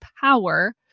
power